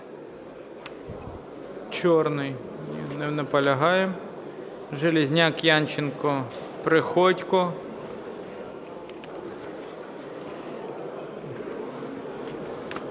Чорний, не наполягає. Железняк, Янченко, Приходько.